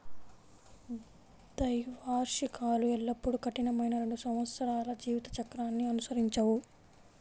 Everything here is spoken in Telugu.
ద్వైవార్షికాలు ఎల్లప్పుడూ కఠినమైన రెండు సంవత్సరాల జీవిత చక్రాన్ని అనుసరించవు